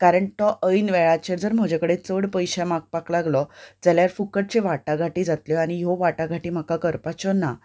कारण तो ऐन वेळाचेर जर म्हजे कडेन चड पयशे मागपाक लागलो जाल्यार फुकटचे वाटाघाटी जातल्यो आनी ह्यो वाटाघाटी म्हाका करपाच्यो ना